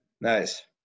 Nice